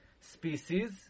species